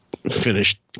finished